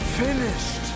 finished